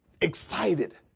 excited